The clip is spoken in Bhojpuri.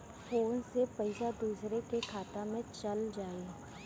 फ़ोन से पईसा दूसरे के खाता में चल जाई?